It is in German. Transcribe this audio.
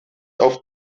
auf